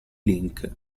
link